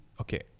okay